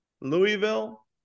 Louisville